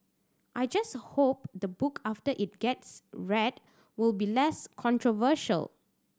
I just hope the book after it gets read will be less controversial